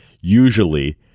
usually